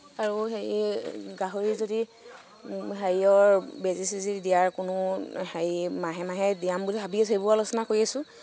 আৰু হেৰি গাহৰি যদি হেৰিয়ৰ বেজী চেজী দিয়াৰ কোনো হেৰি মাহে মাহে দিয়াম বুলি ভাবি আছো সেইবোৰ আলোচনা কৰি আছো